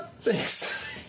Thanks